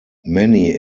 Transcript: many